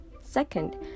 Second